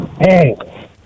Hey